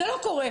זה לא קורה.